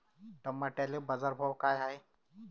टमाट्याले बाजारभाव काय हाय?